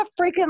freaking